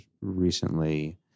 recently